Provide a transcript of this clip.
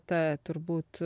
ta turbūt